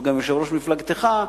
שהוא גם יושב-ראש מפלגתך,